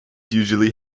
usually